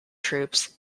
troops